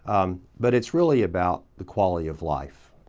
um but it's really about the quality of life.